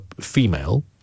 female